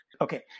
Okay